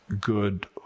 good